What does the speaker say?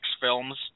films